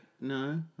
no